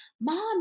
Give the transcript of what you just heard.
mom